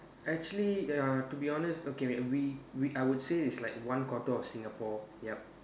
actually uh to be honest okay wait we we I would say is like one quarter of Singapore yup